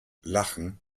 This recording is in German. lachen